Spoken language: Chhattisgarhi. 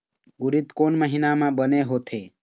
उरीद कोन महीना म बने होथे?